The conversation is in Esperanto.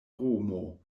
romo